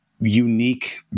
unique